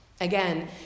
Again